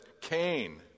Cain